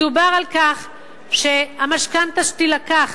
מדובר על כך שהמשכנתה שתילקח